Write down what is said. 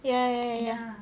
ya ya ya